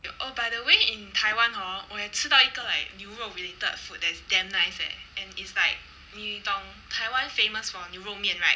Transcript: ya oh by the way in taiwan hor 我也吃到一个 like 牛肉 related 的 food that is damn nice leh and it's like 你懂台湾 famous for 牛肉面 right